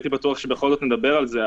הייתי בטוח שבכל זאת נדבר על זה.